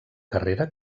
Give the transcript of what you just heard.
carrera